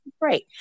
great